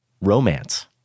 romance